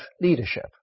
leadership